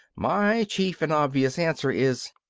my cheap and obvious answer is,